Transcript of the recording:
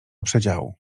przedziału